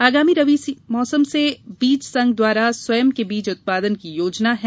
आगामी रबी मौसम से बीज संघ द्वारा स्वयं के बीज उत्पादन की योजना है